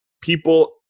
people